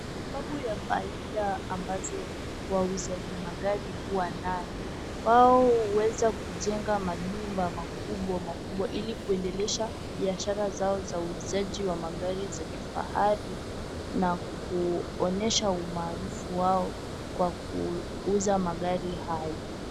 Kwa sababu ya faida ambazo wauzaji magari huwa nayo, wao huweza kujenga majumba makubwa makubwa ili kuendeleza biashara zao za uuzaji wa magari za kifahari na kuonyesha umaarufu wao kwa kuuza magari hayo.